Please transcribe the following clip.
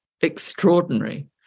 extraordinary